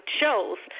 shows